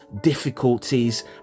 difficulties